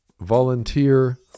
volunteer